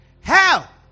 Hell